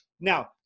Now